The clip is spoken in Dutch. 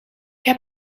heb